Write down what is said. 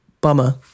Bummer